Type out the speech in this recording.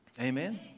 Amen